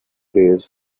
days